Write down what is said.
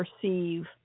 perceive